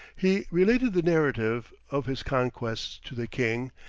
he related the narrative of his conquests to the king,